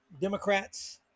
Democrats